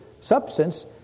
substance